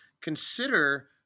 consider